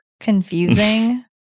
confusing